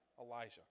Elijah